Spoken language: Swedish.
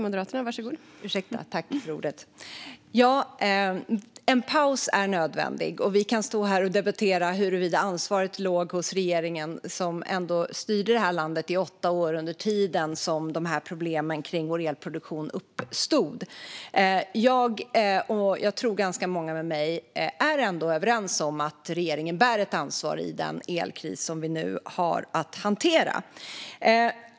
Fru talman! En paus är nödvändig. Vi kan stå här och debattera huruvida ansvaret låg hos den regering som styrde detta land i åtta år under den tid då problemen med vår elproduktion uppstod. Jag tror att ganska många är överens med mig om att den regeringen har ett ansvar för den elkris som vi nu har att hantera.